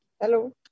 Hello